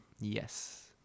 Yes